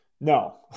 No